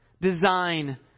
design